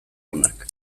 onak